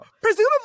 Presumably